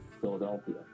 Philadelphia